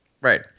Right